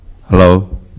Hello